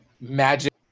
magic